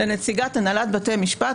לנציגת הנהלת בתי משפט,